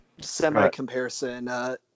semi-comparison